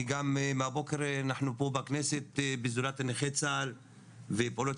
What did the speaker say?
אני גם מהבוקר פה אנחנו בכנסת בעזרת נכי צה"ל ופעולות